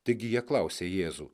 taigi jie klausė jėzų